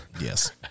Yes